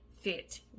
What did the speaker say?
fit